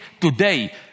today